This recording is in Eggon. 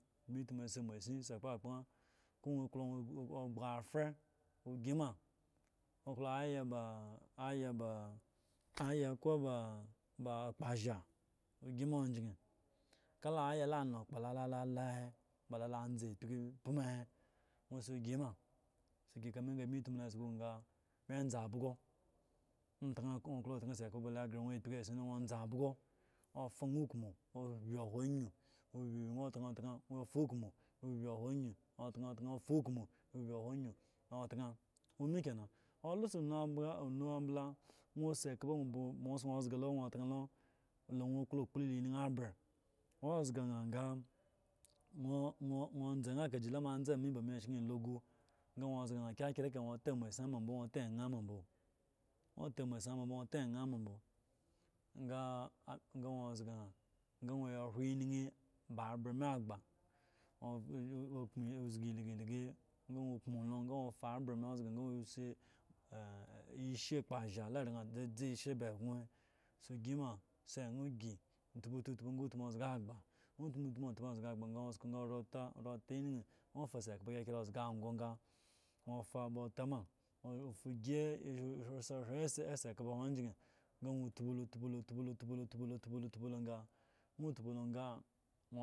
Bmi tmu si masin si ekpakpa ko nwo klo nwo kpagga avan si ma oklo aya ba aya ba ko ba kpash ogi ma ogye la aya la nu kpalala he ba le la zan gno ga tza abgo nwo klo otan sikpa ba lo gre nwo akiji esson nwo tza bzo nwo fa okmu opye hu ayu ga tantan nwo fa akmu hu ayu fa okmu opye huayu ka otan ome kenan oye olo abla esikpa ba nwo ozga lo ba nwo otan lo la nwo klo kpolo la ene ape nwo ozga ña sa ga nwo nwo tza kaka me la aza ka bame shan elo gu ga nwo zga na kyewe ga nwo ta masin ma mbo nwo ta enyen ma mbo nwo ta masin ma mbo nwo ta enye ma mbo ga nwo zga ña ga nwo ta enye ma mbo ga nwo zga na ga nwo hre ene ba apo me a kpa nwo kpo leglease ga nwo pmo la ka zga ape la a ga nwo fa esure kpsha la aran dzizi ba eno he si sima si enye sima tpotpo ga si zga agba sku lo sa ora ta enye of a sirep kekle ozga ago ga ofa ba tama si hre esikpa ogye ago ga ofa ba tama si hre esikpa lo ogye nwo tpo lo tpo lo ga